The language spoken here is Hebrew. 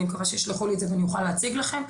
מקווה שיישלחו לי את זה ואני אוכל להציג לכם.